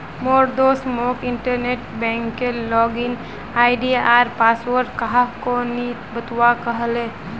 मोर दोस्त मोक इंटरनेट बैंकिंगेर लॉगिन आई.डी आर पासवर्ड काह को नि बतव्वा कह ले